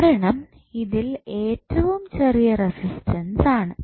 കാരണം ഇതിൽ ഏറ്റവും ചെറിയ റസിസ്റ്റൻസ് ആണ്